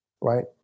right